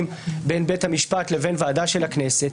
בין בית המשפט לבין ועדה של הכנסת.